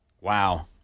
wow